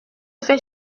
fait